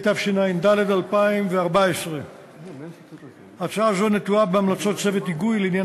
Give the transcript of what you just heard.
התשע"ד 2014. הצעה זו נטועה בהמלצות צוות היגוי לעניין